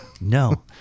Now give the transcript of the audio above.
no